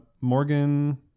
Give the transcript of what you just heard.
Morgan